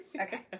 Okay